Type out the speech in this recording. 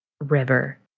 River